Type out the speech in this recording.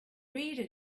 reader